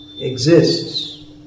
exists